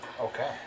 Okay